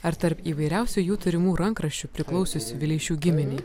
ar tarp įvairiausių jų turimų rankraščių priklausiusių vileišių giminei